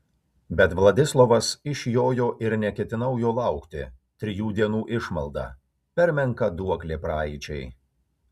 bet vladislovas išjojo ir neketinau jo laukti trijų dienų išmalda per menka duoklė praeičiai